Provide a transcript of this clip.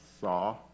saw